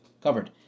covered